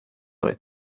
vez